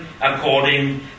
according